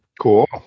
Cool